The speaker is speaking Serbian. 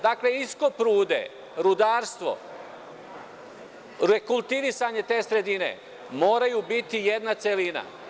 Dakle, iskop rude, rudarstvo, rekultivisanje te sredine moraju biti jedna celina.